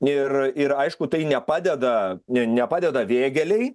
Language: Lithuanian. ir ir aišku tai nepadeda ne nepadeda vėgėlei